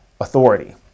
authority